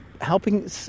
helping